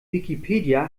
wikipedia